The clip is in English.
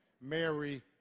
Mary